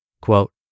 Quote